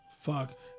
Fuck